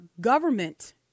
government